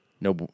no